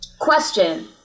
Question